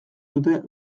dute